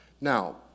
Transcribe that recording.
Now